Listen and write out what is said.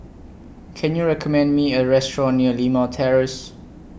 Can YOU recommend Me A Restaurant near Limau Terrace